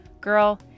Girl